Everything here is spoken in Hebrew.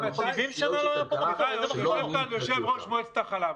זה בכלכלה- -- יושב-ראש מועצת החלב,